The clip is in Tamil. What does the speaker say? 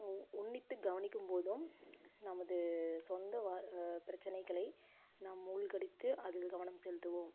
உ உன்னித்து கவனிக்கும்போதும் நமது சொந்த வா பிரச்சினைகளை நாம் மூழ்கடித்து அதில் கவனம் செலுத்துவோம்